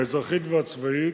האזרחית והצבאית,